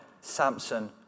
Samson